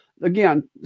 again